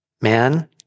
Man